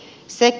sekä